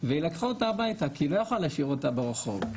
ולקחה אותה הביתה כי לא יכולה להשאיר אותה ברחוב,